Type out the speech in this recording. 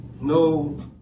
no